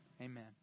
amen